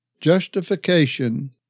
Justification